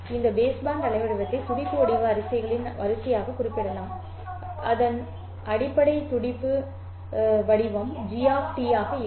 இந்த பேஸ்பேண்ட் அலைவடிவத்தை துடிப்பு வடிவ வகைகளின் வரிசையாகக் குறிப்பிடலாம் அதன் அடிப்படை துடிப்பு வடிவம் g ஆகும்